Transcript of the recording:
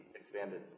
expanded